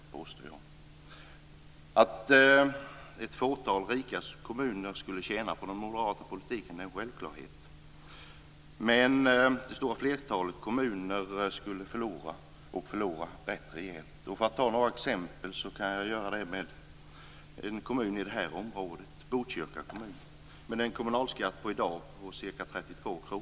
Det är en självklarhet att ett fåtal rika kommuner skulle tjäna på den moderata politiken. Men det stora flertalet kommuner skulle förlora rejält. Jag kan exemplifiera med en kommun i det här området, nämligen Botkyrka kommun. Kommunen har i dag en kommunalskatt på ca 32 kr.